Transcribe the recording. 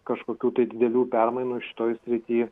kažkokių tai didelių permainų šitoj srity